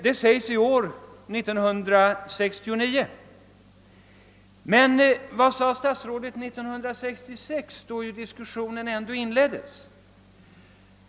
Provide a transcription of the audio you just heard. Detta sägs i år, 1969. Men vad sade statsrådet 1966, då ju diskussionen ändå inleddes?